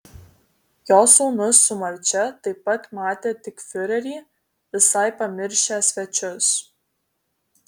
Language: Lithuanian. jo sūnus su marčia taip pat matė tik fiurerį visai pamiršę svečius